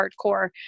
hardcore